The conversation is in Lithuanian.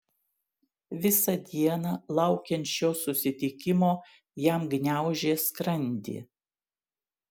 visą dieną laukiant šio susitikimo jam gniaužė skrandį